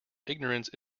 ignorance